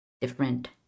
different